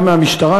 גם מהמשטרה,